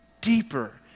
deeper